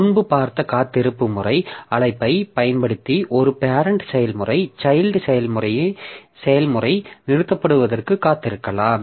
முன்பு பார்த்த காத்திருப்பு முறை அழைப்பைப் பயன்படுத்தி ஒரு பேரெண்ட் செயல்முறை சைல்ட் செயல்முறை நிறுத்தப்படுவதற்கு காத்திருக்கலாம்